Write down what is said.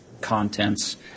contents